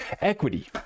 equity